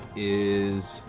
is